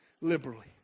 liberally